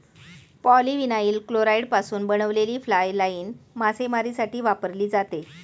polyvinyl क्लोराईडपासून बनवलेली fly line मासेमारीसाठी वापरली जाते